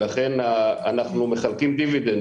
ולכן אנחנו מחלקים דיבידנד